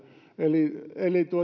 eli eli